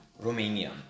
Romania